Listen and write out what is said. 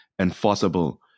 enforceable